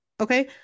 okay